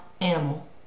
animal